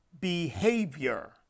behavior